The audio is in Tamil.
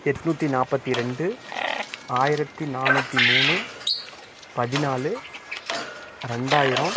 எட்நூற்றி நாற்பத்தி ரெண்டு ஆயிரத்தி நானூற்றி மூணு பதினாலு ரெண்டாயிரம்